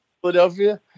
Philadelphia